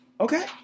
Okay